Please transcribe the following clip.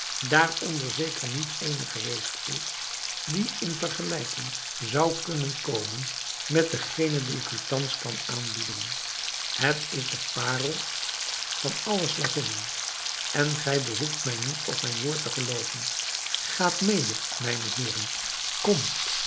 daaronder zeker niet eene geweest is die in vergelijking zou kunnen komen met degene die ik u thans kan aanbieden het is de parel van alle slavinnen en gij behoeft mij niet op mijn woord te gelooven gaat mede mijne heeren komt